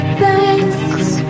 thanks